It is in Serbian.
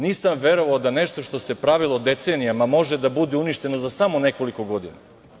Nisam verovao da nešto što se pravilo decenijama može da bude uništeno za samo nekoliko godina.